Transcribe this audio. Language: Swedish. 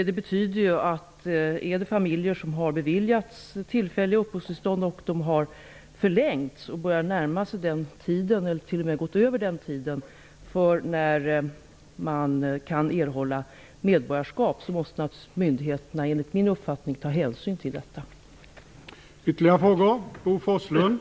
Det betyder ju att är det familjer som har beviljats tillfälliga uppehållstillstånd och dessa har förlängts och man nu t.o.m. har gått över tiden för när man kan erhålla medborgarskap, måste naturligtvis, enligt min uppfattning, myndigheterna ta hänsyn till detta.